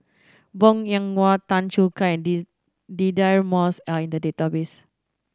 Bong Hiong Hwa Tan Choo Kai and D Deirdre Moss are in the database